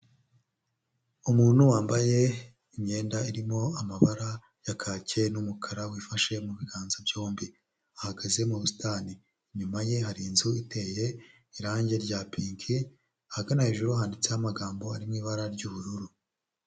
Umuntu wambaye imyenda irimo amabara ya kake n'umukara wifashe mu biganza byombi ahagaze mu busitani inyuma ye hari inzu iteye irangi rya pinke ahagana hejuru handitseho amagambo arimo ibara ry'ubururu.